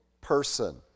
person